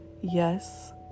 yes